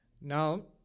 Now